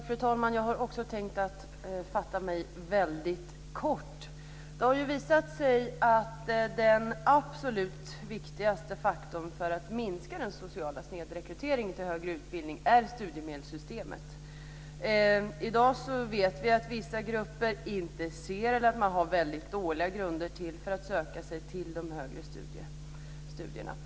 Fru talman! Jag har också tänkt fatta mig väldigt kort. Det har visat sig att den absolut viktigaste faktorn för att minska den sociala snedrekryteringen till högre utbildning är studiemedelssystemet. I dag vet vi att vissa grupper inte är intresserade eller har väldigt dåliga grunder för att söka sig till de högre studierna.